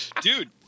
dude